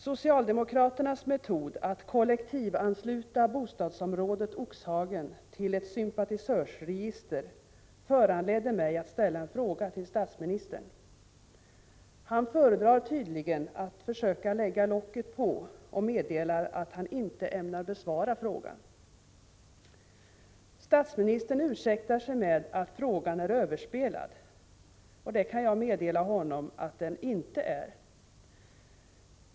Socialdemokraternas metod att kollektivansluta bostadsområdet Oxhagen till ett sympatisörsregister föranledde mig att ställa en fråga till statministern. Han föredrar tydligen att försöka lägga ”locket på” och meddelar att han inte ämnar besvara frågan. Statsministern ursäktar sig med att ”frågan är överspelad”. Det kan jag meddela honom att den inte är.